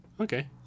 Okay